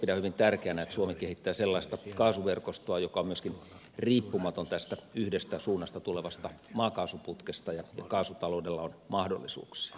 pidän hyvin tärkeänä että suomi kehittää sellaista kaasuverkostoa joka on myöskin riippumaton tästä yhdestä suunnasta tulevasta maakaasuputkesta ja kaasutaloudella on mahdollisuuksia